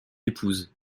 épouse